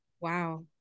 Wow